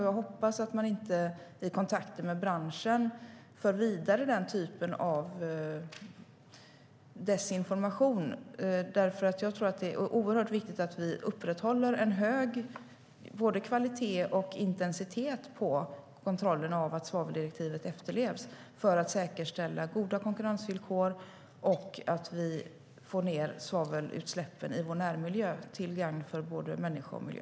Jag hoppas att man inte vid kontakter med branschen för vidare den typen av desinformation, eftersom jag tror att det är oerhört viktigt att vi upprätthåller en hög kvalitet och intensitet i fråga om kontrollerna av att svaveldirektivet efterlevs för att säkerställa att det är goda konkurrensvillkor och att vi får ned svavelutsläppen i vår närmiljö till gagn för både människa och miljö.